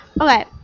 Okay